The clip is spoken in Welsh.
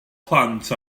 plant